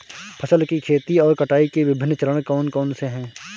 फसल की खेती और कटाई के विभिन्न चरण कौन कौनसे हैं?